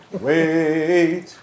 Wait